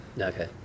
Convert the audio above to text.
Okay